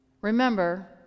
Remember